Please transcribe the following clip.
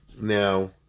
now